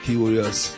Curious